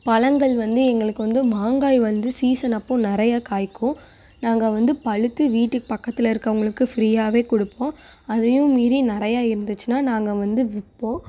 பழங்கள் வந்து எங்களுக்கு வந்து மாங்காய் வந்து சீசன் அப்போ நிறையா காய்க்கும் நாங்கள் வந்து பழுத்து வீட்டுக் பக்கத்தில் இருக்கவங்களுக்கு ஃப்ரீயாகவே கொடுப்போம் அதையும் மீறி நிறையா இருந்துச்சின்னா நாங்கள் வந்து விற்போம்